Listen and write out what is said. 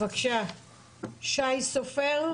ד"ר שי סופר,